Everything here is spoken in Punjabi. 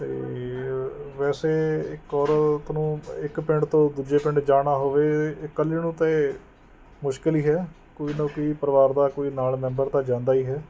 ਅਤੇ ਵੈਸੇ ਇੱਕ ਔਰਤ ਨੂੰ ਇੱਕ ਪਿੰਡ ਤੋਂ ਦੂਜੇ ਪਿੰਡ ਜਾਣਾ ਹੋਵੇ ਇਕੱਲੇ ਨੂੰ ਤਾਂ ਮੁਸ਼ਕਿਲ ਹੀ ਹੈ ਕੋਈ ਨਾ ਕੋਈ ਪਰਿਵਾਰ ਦਾ ਕੋਈ ਨਾਲ਼ ਮੈਂਬਰ ਤਾਂ ਜਾਂਦਾ ਹੀ ਹੈ